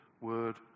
word